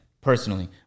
personally